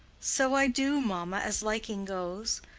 so i do, mamma, as liking goes.